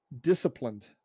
disciplined